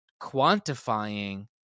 quantifying